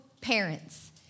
parents